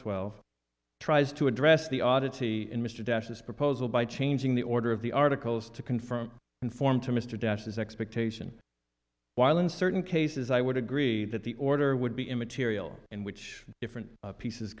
twelve tries to address the oddity in mr dashes proposal by changing the order of the articles to confirm conform to mr dashes expectation while in certain cases i would agree that the order would be immaterial in which different pieces